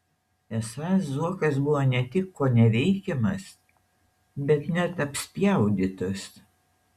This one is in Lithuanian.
esą zuokas buvo ne tik koneveikiamas bet net apspjaudytas